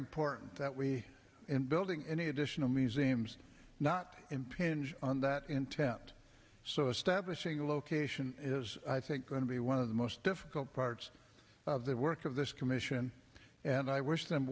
important that we in building any additional museums not impinge on that intent so establishing a location is i think going to be one of the most difficult parts of the work of this commission and i wish them